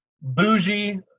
bougie